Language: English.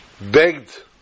begged